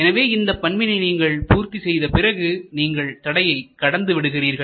எனவே இந்த பண்பினை நீங்கள் பூர்த்தி செய்த பிறகு நீங்கள் தடையை கடந்து விடுகிறீர்கள்